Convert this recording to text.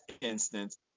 instance